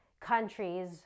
countries